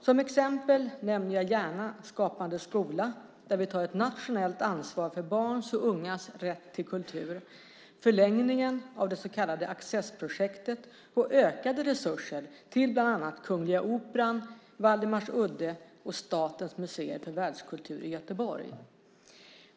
Som exempel nämner jag gärna Skapande skola där vi tar ett nationellt ansvar för barns och ungas rätt till kultur, förlängningen av det så kallade Accessprojektet och ökade resurser till bland annat Kungl. Operan, Waldemarsudde och Statens museer för världskultur i Göteborg.